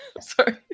Sorry